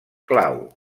clau